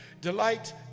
delight